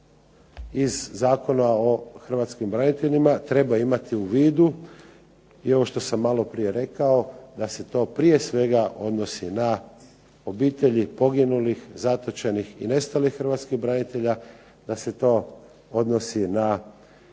iz Zakona o hrvatskim braniteljima treba imati u vidu i ovo što sam maloprije rekao da se to prije svega odnosi na obitelji poginulih, zatočenih i nestalih hrvatskih branitelja, da se to odnosi na